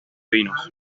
vinos